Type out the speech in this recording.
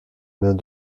mains